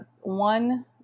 one